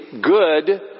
good